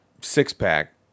six-pack